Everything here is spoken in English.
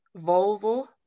volvo